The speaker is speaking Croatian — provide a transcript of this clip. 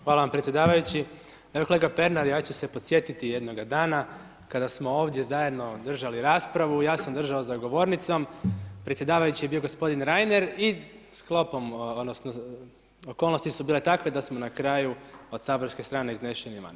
Hvala vam predsjedavajući, evo kolega Pernar, ja ću se podsjetiti jednoga dana kada smo ovdje zajedno držali raspravu, ja sam držao za govornicom, predsjedavajući je bio gospodin Reiner i sklopom odnosno, okolnosti su bile takve da smo na kraju od saborske strane izneseni van.